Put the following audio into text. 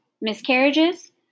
miscarriages